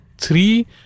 three